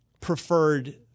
preferred